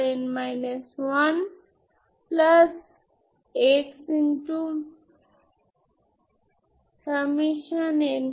তার মানে এটি একটি singular self adjoint equation singular Sturm Liouville equation